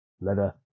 leather